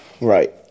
Right